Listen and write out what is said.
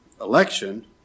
election